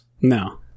No